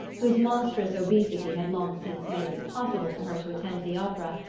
whose monstrous obesity had long since made it impossible for her to attend the opera,